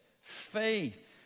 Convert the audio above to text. Faith